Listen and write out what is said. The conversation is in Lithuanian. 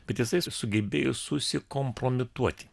bet jisai sugebėjo susikompromituoti